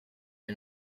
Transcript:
the